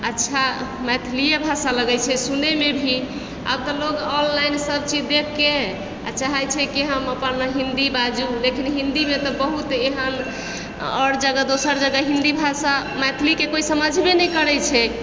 अच्छा मैथिलिये भाषा लगय छै सुनयमे भी आब तऽ लोक ऑनलाइन सब चीज देखके आओर चाहय छै कि हम अपन हिन्दी बाजू लेकिन हिन्दीमे तऽ बहुत एहन आओर जगह दोसर जगह हिन्दी भाषा मैथिलीके कोइ समझबय नहि करय छै